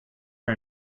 are